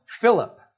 Philip